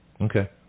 Okay